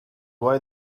why